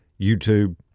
YouTube